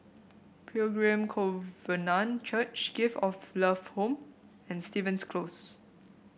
Pilgrim Covenant Church Gift of Love Home and Stevens Close